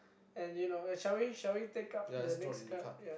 and you know shall we shall take up the next card ya